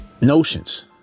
notions